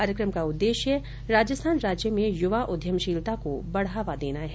कार्यक्रम का उद्देश्य राजस्थान राज्य में युवा उद्यमशीलता को बढ़ावा देना है